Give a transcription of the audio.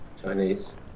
Chinese